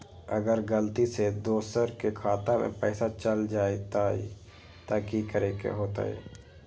अगर गलती से दोसर के खाता में पैसा चल जताय त की करे के होतय?